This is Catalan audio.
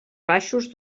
baixos